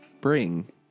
bring